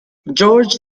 george